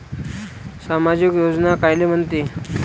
सामाजिक योजना कायले म्हंते?